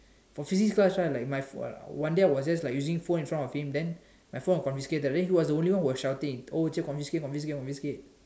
for physics class right like my !walao! one day I was just using in front of him then my phone was confiscated then he was the only one who was shouting oh Cher confiscate confiscate confiscate confiscate